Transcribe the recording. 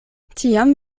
tiam